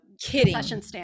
kidding